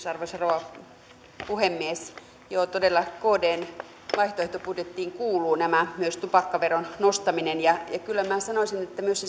arvoisa rouva puhemies joo todella kdn vaihtoehtobudjettiin kuuluvat nämä myös tupakkaveron nostaminen ja kyllä minä sanoisin että myös